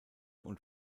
und